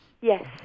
Yes